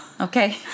Okay